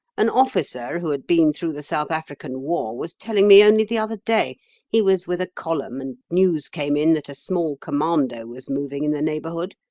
an officer who had been through the south african war was telling me only the other day he was with a column, and news came in that a small commando was moving in the neighbourhood.